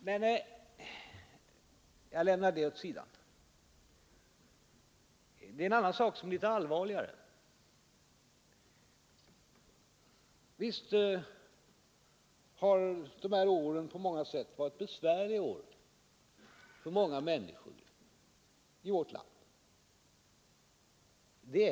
Men jag lämnar detta åt sidan. Det är en annan sak som är allvarligare. Visst har de gångna åren på många sätt varit besvärliga för många människor i vårt land.